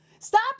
Stop